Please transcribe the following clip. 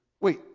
wait